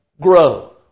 grow